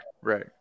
right